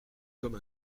comme